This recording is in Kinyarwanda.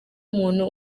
muntu